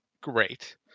great